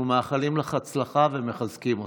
אנחנו מאחלים לך הצלחה ומחזקים אותך.